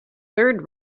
third